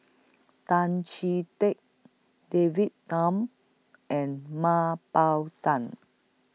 Tan Chee Teck David Tham and Mah Bow Tan